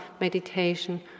meditation